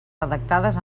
redactades